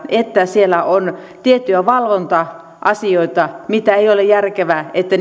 että siellä on tiettyjä valvonta asioita mistä ei ole järkevää että